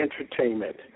Entertainment